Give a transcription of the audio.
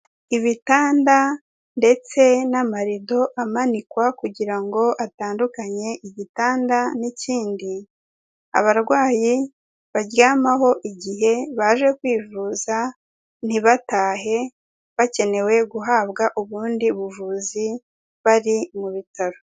Ibitanda ndetse n'amarido amanikwa kugira ngo atandukanye igitanda n'ikindi, abarwayi baryamaho igihe baje kwivuza ntibatahe bakenewe guhabwa ubundi buvuzi bari mu bitaro.